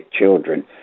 children